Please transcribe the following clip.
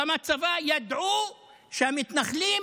גם הצבא, ידעו שהמתנחלים